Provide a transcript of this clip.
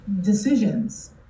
decisions